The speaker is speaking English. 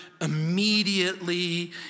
immediately